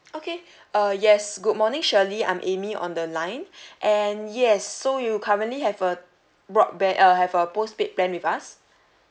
okay uh yes good morning shirley I'm amy on the line and yes so you currently have a broadband uh have a postpaid plan with us